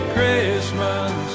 Christmas